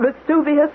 Vesuvius